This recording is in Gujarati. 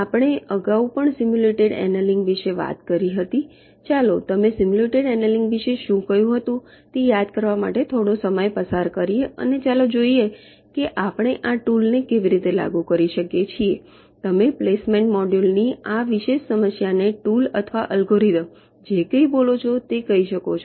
આપણે અગાઉ પણ સિમ્યુલેટેડ એનેલિંગ વિશે વાત કરી હતી ચાલો તમે સિમ્યુલેટેડ એનેલિંગ વિશે શું કહ્યું હતું તે યાદ કરવા માટે થોડો સમય પસાર કરીએ અને ચાલો જોઈએ કે આપણે આ ટૂલને કેવી રીતે લાગુ કરીએ છીએ તમે પ્લેસમેન્ટ મોડ્યુલની આ વિશેષ સમસ્યા માટે ટૂલ અથવા અલ્ગોરિધમ જે કંઇ બોલો છો તે કહી શકો છો